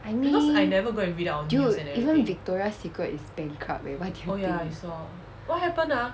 I mean dude even victoria secret is bankrupt eh what can you do